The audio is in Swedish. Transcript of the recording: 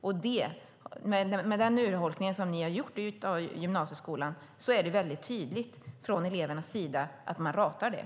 Det är väldigt tydligt från elevernas sida att de ratar den urholkning av gymnasieskolan som ni gjort.